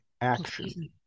action